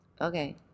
okay